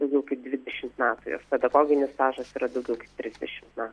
daugiau kaip dvidešimt metų jos pedagoginis stažas yra daugiau kaip trisdešimt me